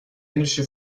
englische